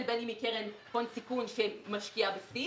בין אם היא קרן הון סיכון שמשקיעה ב- --,